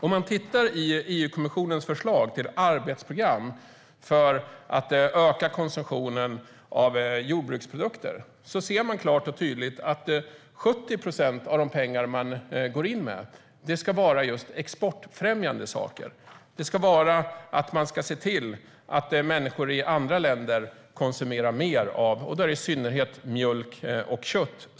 Om man tittar i EU-kommissionens förslag till arbetsprogram för att öka konsumtionen av jordbruksprodukter ser man klart och tydligt att 70 procent av de pengar man går in med ska gå till just exportfrämjande saker. Man ska se till att människor i andra länder konsumerar mer, i synnerhet mjölk och kött.